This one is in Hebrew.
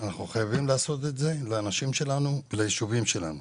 אנחנו חייבים לעשות את זה לאנשים שלנו וליישובים שלנו.